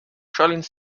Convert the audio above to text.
stalins